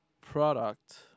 product